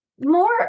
more